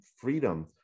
freedom